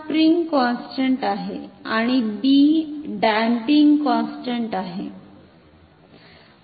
तर हा spring constant आहे आणि b डॅम्पिंग कॉन्स्टंट आहे